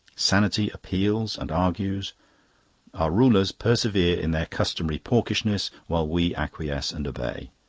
sanity appeals and argues our rulers persevere in their customary porkishness, while we acquiesce and obey.